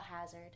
hazard